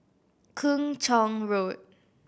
Kung Chong Road